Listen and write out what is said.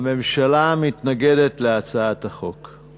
הממשלה מתנגדת להצעת החוק.